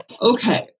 okay